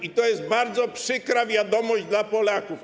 I to jest bardzo przykra wiadomość dla Polaków.